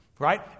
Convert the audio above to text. Right